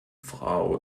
frau